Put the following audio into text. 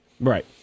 Right